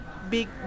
Big